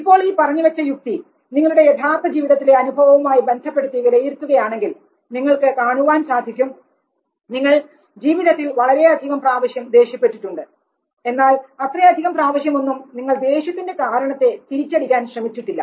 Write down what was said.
ഇപ്പോൾ ഈ പറഞ്ഞുവെച്ച യുക്തി നിങ്ങളുടെ യഥാർത്ഥ ജീവിതത്തിലെ അനുഭവവുമായി ബന്ധപ്പെടുത്തി വിലയിരുത്തുകയാണെങ്കിൽ നിങ്ങൾക്ക് കാണുവാൻ സാധിക്കും നിങ്ങൾ ജീവിതത്തിൽ വളരെയധികം പ്രാവശ്യം ദേഷ്യപ്പെട്ടുണ്ട് എന്നാൽ അത്രയധികം പ്രാവശ്യം ഒന്നും നിങ്ങൾ ദേഷ്യത്തിൻറെ കാരണത്തെ തിരിച്ചടിക്കാൻ ശ്രമിച്ചിട്ടില്ല